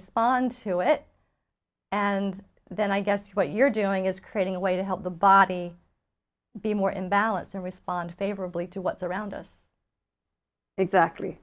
respond to it and then i guess what you're doing is creating a way to help the body be more in balance and respond favorably to what's around us exactly